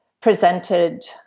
presented